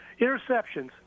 Interceptions